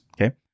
Okay